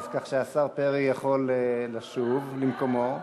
אז השר פרי יכול לשוב למקומו.